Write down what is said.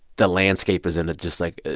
the landscape is in a just, like,